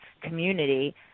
community